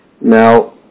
Now